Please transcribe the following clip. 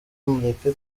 mureke